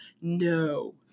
No